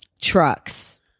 Trucks